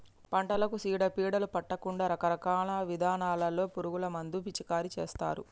పంటలకు సీడ పీడలు పట్టకుండా రకరకాల ఇథానాల్లో పురుగు మందులు పిచికారీ చేస్తారు